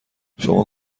شما